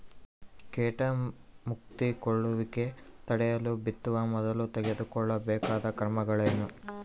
ಕೇಟ ಮುತ್ತಿಕೊಳ್ಳುವಿಕೆ ತಡೆಯಲು ಬಿತ್ತುವ ಮೊದಲು ತೆಗೆದುಕೊಳ್ಳಬೇಕಾದ ಕ್ರಮಗಳೇನು?